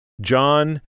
John